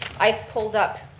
i've pulled up,